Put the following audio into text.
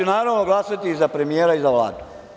Naravno, glasaću za premijera i Vladu.